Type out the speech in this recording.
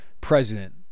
president